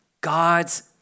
God's